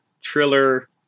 Triller